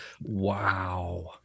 Wow